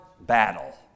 battle